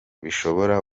bishobora